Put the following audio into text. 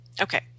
Okay